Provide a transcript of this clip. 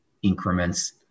increments